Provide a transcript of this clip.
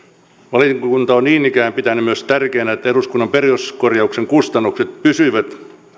valiokunta on niin ikään pitänyt myös tärkeänä että eduskunnan peruskorjauksen kustannukset pysyvät